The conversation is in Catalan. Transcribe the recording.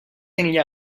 enllà